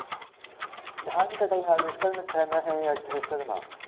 धान कटाई हारवेस्टर म करना ये या थ्रेसर म?